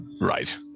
Right